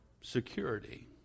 security